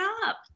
up